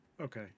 Okay